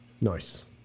nice